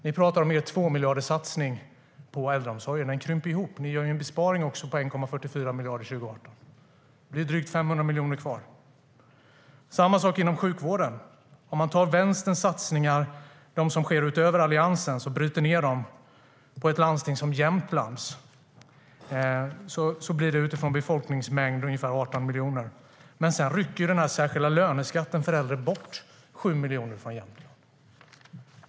Ni pratar om er 2-miljarderssatsning på äldreomsorgen. Den krymper ihop, för ni gör ju en besparing också på 1,44 miljarder 2018. Det är drygt 500 miljoner kvar. Det är samma sak inom sjukvården. Om man tar Vänsterns satsningar, som sker utöver Alliansens, och bryter ned dem på ett landsting som Jämtland blir det utifrån befolkningsmängd ungefär 18 miljoner. Men sedan rycker den särskilda löneskatten för äldre bort 7 miljoner från Jämtland.